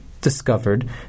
discovered